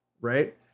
right